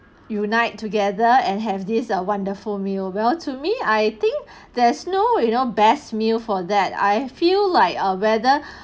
unite together and have this a wonderful meal well to me I think there's no you know best meal for that I feel like uh whether